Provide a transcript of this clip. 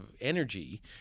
energy